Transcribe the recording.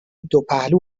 دوپهلو